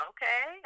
Okay